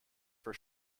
for